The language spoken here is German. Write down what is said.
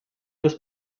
des